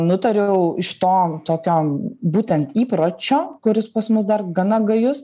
nutariau iš to tokio būtent įpročio kuris pas mus dar gana gajus